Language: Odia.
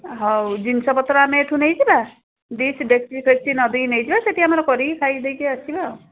ହଉ ଜିନିଷପତ୍ର ଆମେ ଏଇଠୁ ନେଇଯିବା ଡିସ୍ ଡେକଚି ଫେକଚି ନଦିକି ନେଇଯିବା ସେଇଠି ଆମର କରିକି ଖାଇଦେଇକି ଆସିବା ଆଉ